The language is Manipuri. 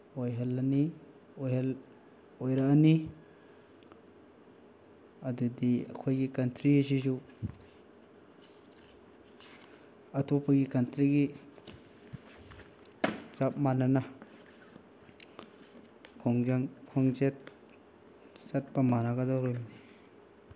ꯑꯣꯏꯍꯜꯂꯅꯤ ꯑꯣꯏꯔꯛꯑꯅꯤ ꯑꯗꯨꯗꯤ ꯑꯩꯈꯣꯏꯒꯤ ꯀꯟꯇ꯭ꯔꯤ ꯑꯁꯤꯁꯨ ꯑꯇꯣꯞꯄꯒꯤ ꯀꯟꯇ꯭ꯔꯤꯒꯤ ꯆꯞ ꯃꯥꯟꯅꯅ ꯈꯣꯡꯖꯪ ꯈꯣꯡꯆꯠ ꯆꯠꯄ ꯃꯥꯟꯅꯒꯗꯧꯔꯤꯕꯅꯤ